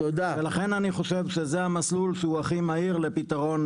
ולכן אני חושב שזה המסלול שהוא הכי מהיר לפתרון